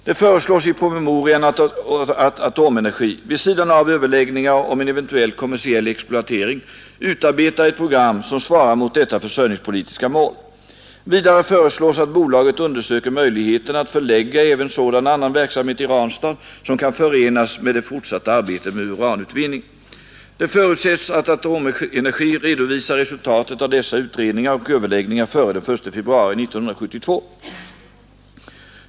Det föreslås i promemorian att Atomenergi — vid sidan av överläggningar om en eventuell kommersiell exploatering — utarbetar ett program som svarar mot detta försörjningspolitiska mål. Vidare föreslås att bolaget undersöker möjligheterna att förlägga även sådan annan verksamhet i Ranstad, som kan förenas med det fortsatta arbetet med uranutvinning. Det förutsätts att Atomenergi redovisar resultat av dessa utredningar och överläggningar före den 1 februari 1972.